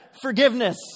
Forgiveness